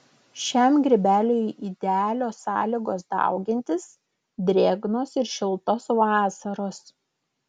šiam grybeliui idealios sąlygos daugintis drėgnos ir šiltos vasaros